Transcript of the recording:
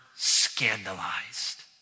Scandalized